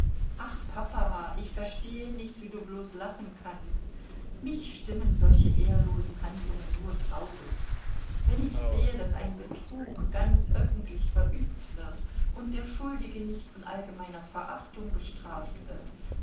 ach papa ich verstehe nicht wie du bloß lachen kannst mich stimmen solche ehrlose handlungen nur traurig wenn ich sehe daß ein betrug ganz öffentlich verübt wird und der schuldige nicht von allgemeiner verachtung bestraft wird